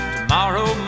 Tomorrow